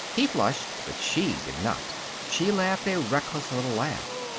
he flushed, but she did not. she laughed a reckless little laugh.